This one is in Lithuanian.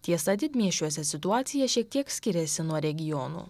tiesa didmiesčiuose situacija šiek tiek skiriasi nuo regionų